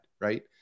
right